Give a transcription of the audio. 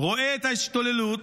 רואה את ההשתוללות,